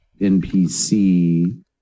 NPC